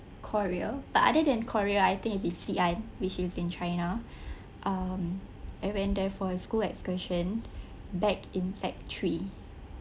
korea but other than korea I think it would be xi an which is in china um I went there for a school excursion back in sec three